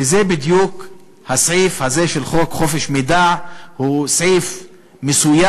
וזה בדיוק הסעיף הזה של חוק חופש המידע: הוא סעיף מסויג